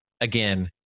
Again